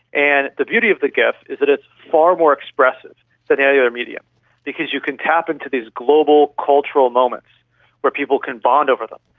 and the beauty of the gif is that it's far more expressive than any other medium because you can tap into these global, cultural moments where people can bond over them.